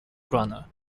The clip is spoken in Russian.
урана